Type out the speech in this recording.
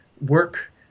work